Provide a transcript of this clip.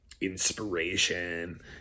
inspiration